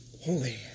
Holy